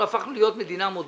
אנחנו הפכנו להיות מדינה מודרנית,